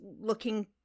looking